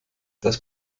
das